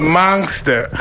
monster